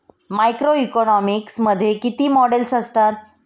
Macroeconomics मध्ये किती models असतात?